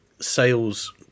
sales